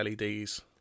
LEDs